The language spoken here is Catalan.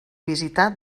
visitar